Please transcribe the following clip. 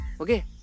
Okay